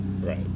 right